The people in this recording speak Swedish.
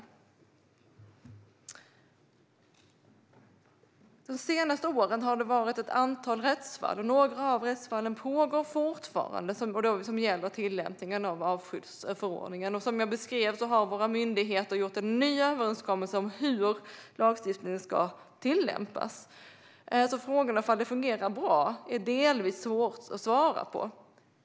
De senaste åren har det varit ett antal rättsfall, av vilka några pågår fortfarande, som gäller tillämpningen av artskyddsförordningen. Som jag beskrev har våra myndigheter gjort en ny överenskommelse om hur lagstiftningen ska tillämpas, så frågorna om det fungerar bra är delvis svåra att svara på.